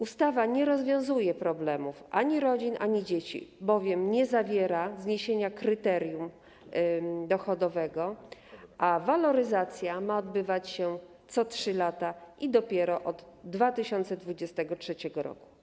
Ustawa nie rozwiązuje problemów ani rodzin, ani dzieci, bowiem nie zawiera zniesienia kryterium dochodowego, a waloryzacja ma odbywać się co 3 lata i dopiero od 2023 r.